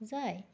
যায়